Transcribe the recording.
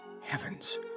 heavens